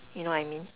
you know what I mean